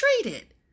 treated